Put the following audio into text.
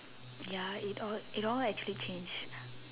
ya it all it all actually changed